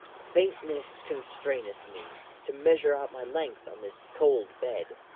faintness constraineth me to measure out my length on this cold bed.